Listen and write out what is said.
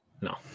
No